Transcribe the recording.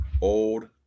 old